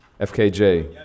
FKJ